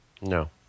No